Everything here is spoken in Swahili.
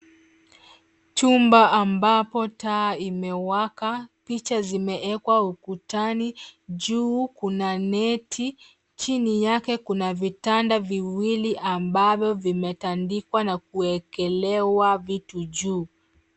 Chumba ambapo taa imewaka. Picha zimeekwa ukutani. Juu kuna neti, chini yake kuna vitanda viwili ambavyo vimetandikwa na kuwekelewa vitu juu.